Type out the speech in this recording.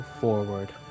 forward